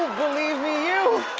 believe me you.